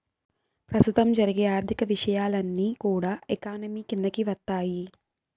ప్రస్తుతం జరిగే ఆర్థిక విషయాలన్నీ కూడా ఎకానమీ కిందికి వత్తాయి